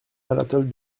anatole